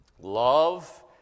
Love